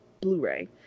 Blu-ray